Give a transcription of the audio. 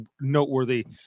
noteworthy